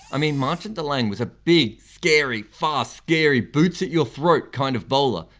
i mean marchant de laange was a big scary, fast, scary, boots-at-your throat kind of bowler.